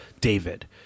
David